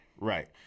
Right